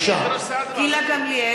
בעד גילה גמליאל,